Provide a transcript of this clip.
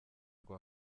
ngo